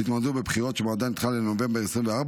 שהתמודדו בבחירות שמועדן נדחה לנובמבר 2024,